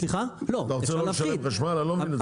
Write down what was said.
לא, אפשר להפחית.